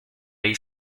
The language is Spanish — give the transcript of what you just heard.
ahí